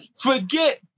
forget